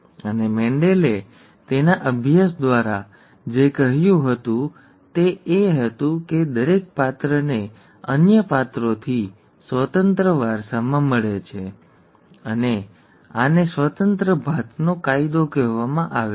અને મેન્ડેલે તેના અભ્યાસ દ્વારા જે કહ્યું તે એ હતું કે દરેક પાત્રને અન્ય પાત્રોથી સ્વતંત્ર વારસામાં મળે છે અને આને સ્વતંત્ર ભાતનો કાયદો કહેવામાં આવે છે